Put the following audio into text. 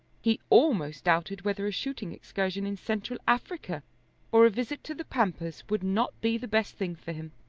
he almost doubted whether a shooting excursion in central africa or a visit to the pampas would not be the best thing for him.